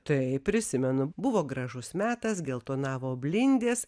taip prisimenu buvo gražu metas geltonavo blindės